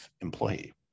employee